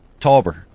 Talber